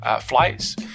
flights